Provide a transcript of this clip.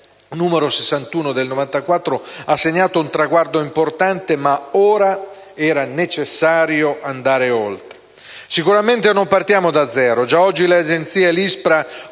n. 61 del 1994, ha segnato un traguardo importante, ma ora è necessario andare oltre. Sicuramente non partiamo da zero. Già oggi le Agenzie e